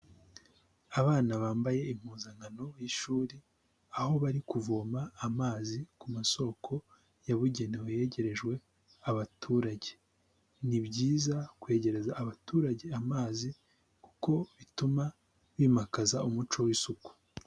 Abana bambaye impuzankano y'ishuri, aho bari kuvoma amazi ku masoko yabugenewe yegerejwe abaturage, ni byiza kwegereza abaturage amazi kuko bituma bimakaza umuco w'isuku.